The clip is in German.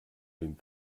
den